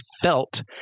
felt